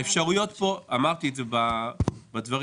האפשרויות פה ואמרתי את זה בדברים,